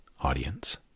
audience